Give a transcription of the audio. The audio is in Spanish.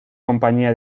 compañía